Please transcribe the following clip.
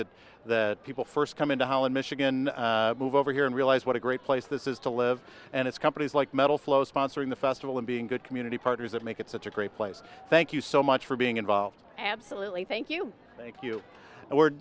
that the people first coming to holland michigan move over here and realize what a great place this is to live and it's companies like metal flow sponsoring the festival and being good community partners that make it such a great place thank you so much for being involved absolutely thank you thank you